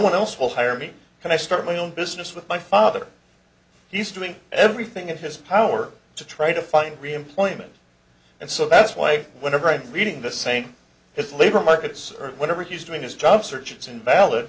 one else will hire me and i start my own business with my father he's doing everything in his power to try to find reemployment and so that's why i went right reading the same his labor markets or whatever he's doing his job search is invalid